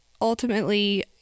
ultimately